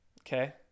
Okay